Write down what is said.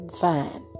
fine